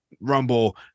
Rumble